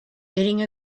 getting